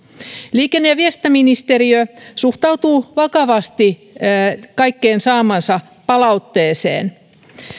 liikenne ja viestintäministeriö suhtautuu vakavasti kaikkeen saamaansa palautteeseen